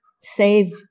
save